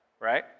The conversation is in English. right